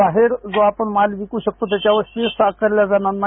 बाहेर जो आपण माल विकू शकतो ज्याच्यावर सेस आकारला जाणार नाही